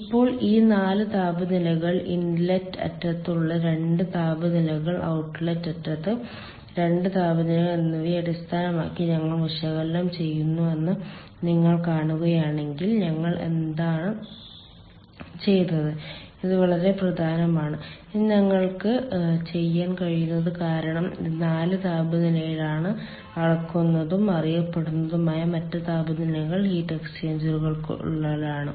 ഇപ്പോൾ ഈ 4 താപനിലകൾ ഇൻലെറ്റ് അറ്റത്തുള്ള 2 താപനിലകൾ ഔട്ട്ലെറ്റ് അറ്റത്ത് 2 താപനിലകൾ എന്നിവയെ അടിസ്ഥാനമാക്കി ഞങ്ങൾ വിശകലനം ചെയ്തുവെന്ന് നിങ്ങൾ കാണുകയാണെങ്കിൽ ഞങ്ങൾ എന്താണ് ചെയ്തത് ഇത് വളരെ പ്രധാനമാണ് ഇതാണ് ഞങ്ങൾക്ക് ചെയ്യാൻ കഴിയുന്നത് കാരണം ഈ 4 താപനിലയാണ് അളക്കാനാവുന്നതും അറിയപ്പെടുന്നതുമായ മറ്റ് താപനിലകൾ ഹീറ്റ് എക്സ്ചേഞ്ചറുകൾക്കുള്ളിലാണ്